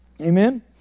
Amen